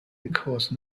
because